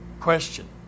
question